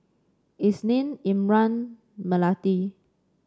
Isnin Imran Melati